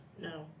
No